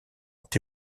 ont